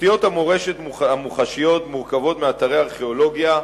תשתיות המורשת המוחשיות מורכבות מאתרי ארכיאולוגיה,